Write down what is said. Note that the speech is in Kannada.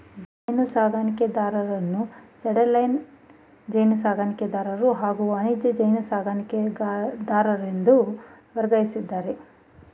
ಜೇನುಸಾಕಣೆದಾರರನ್ನು ಸೈಡ್ಲೈನ್ ಜೇನುಸಾಕಣೆದಾರರು ಹಾಗೂ ವಾಣಿಜ್ಯ ಜೇನುಸಾಕಣೆದಾರರೆಂದು ವರ್ಗೀಕರಿಸಿದ್ದಾರೆ